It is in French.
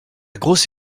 grosse